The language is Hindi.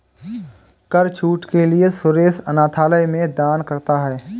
कर छूट के लिए सुरेश अनाथालय में दान करता है